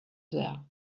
there